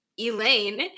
Elaine